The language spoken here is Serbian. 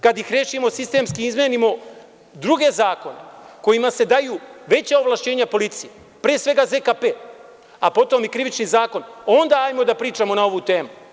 Kada ih rešimo sistemski, izmenimo druge zakone kojima se daju veća ovlašćenja policiji, pre svega ZKP, a potom i Krivični zakon, onda hajde da pričamo na ovu temu.